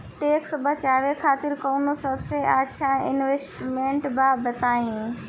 Tax बचावे खातिर कऊन सबसे अच्छा इन्वेस्टमेंट बा बताई?